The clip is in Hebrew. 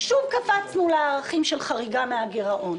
שוב קפצנו לערכים של חריגה מהגרעון.